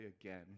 again